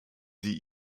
sie